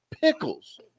pickles